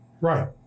Right